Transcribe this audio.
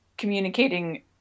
Communicating